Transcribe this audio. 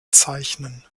zeichnen